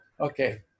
Okay